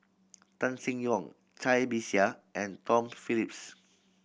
Tan Seng Yong Cai Bixia and Tom Phillips